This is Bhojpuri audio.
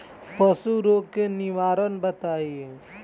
पशु रोग के निवारण बताई?